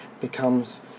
becomes